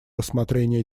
рассмотрение